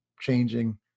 changing